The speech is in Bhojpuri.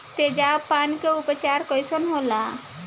तेजाब पान के उपचार कईसे होला?